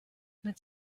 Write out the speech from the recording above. mit